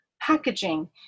packaging